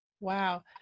Wow